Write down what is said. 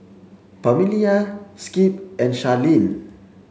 Pamelia Skip and Charleen